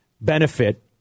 benefit